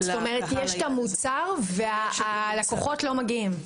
כלומר, יש את המוצר והלקוחות לא מגיעים.